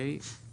הצבעה לא אושר.